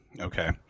Okay